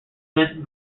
vent